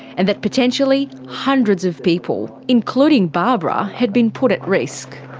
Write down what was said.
and that potentially hundreds of people, including barbara had been put at risk.